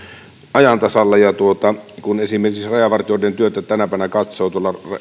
ajan tasalla kun esimerkiksi rajavartijoiden työtä tänä päivänä katsoo